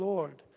Lord